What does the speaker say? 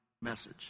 message